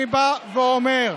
אני אומר: